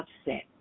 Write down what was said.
upset